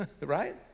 right